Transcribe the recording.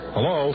Hello